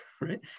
Right